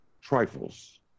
trifles